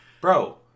bro